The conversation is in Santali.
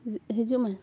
ᱦᱤᱡᱩᱜ ᱢᱮ